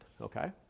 okay